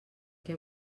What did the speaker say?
què